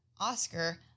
Oscar